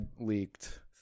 leaked